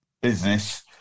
business